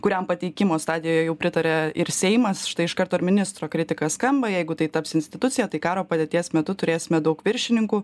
kuriam pateikimo stadijoj jau pritarė ir seimas štai iš karto ministro kritika skamba jeigu tai taps institucija tai karo padėties metu turėsime daug viršininkų